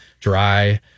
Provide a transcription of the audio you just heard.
dry